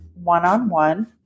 one-on-one